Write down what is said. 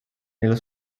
nello